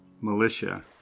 militia